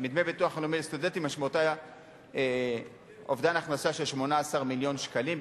מדמי ביטוח לאומי לסטודנטים משמעותו אובדן הכנסה של 18 מיליון שקלים.